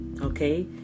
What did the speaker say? okay